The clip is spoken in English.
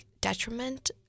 detriment